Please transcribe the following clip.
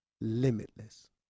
limitless